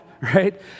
right